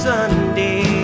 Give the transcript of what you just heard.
Sunday